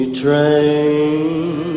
train